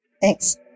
thanks